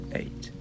eight